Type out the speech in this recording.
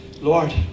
Lord